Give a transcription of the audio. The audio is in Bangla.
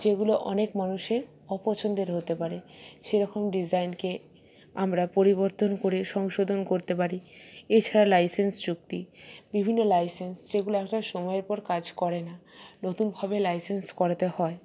যেগুলো অনেক মানুষের অপছন্দের হতে পারে সেরকম ডিজাইনকে আমরা পরিবর্তন করে সংশোধন করতে পারি এছাড়া লাইসেন্স চুক্তি বিভিন্ন লাইসেন্স যেগুলো একটা সময়ের পর কাজ করে না নতুনভাবে লাইসেন্স করাতে হয়